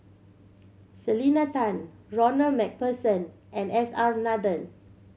Selena Tan Ronald Macpherson and S R Nathan